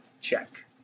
Check